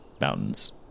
mountains